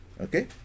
Okay